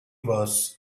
was